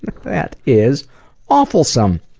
that is awfulsome!